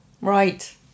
Right